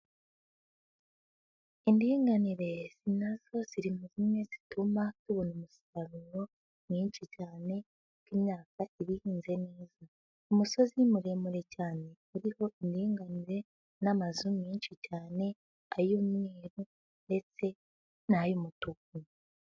Indinganire na zo ziri muri bimwe bituma tubona umusaruro mwinshi cyane, kuko imyaka iba ihinze neza. Umusozi muremure cyane uriho indinganire, n'amazu menshi cyane ay'umweru ndetse n'ay'umutuku.